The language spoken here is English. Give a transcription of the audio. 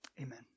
Amen